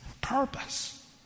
purpose